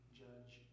judge